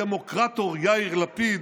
הדמוקרטור יאיר לפיד,